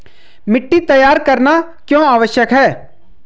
मिट्टी तैयार करना क्यों आवश्यक है?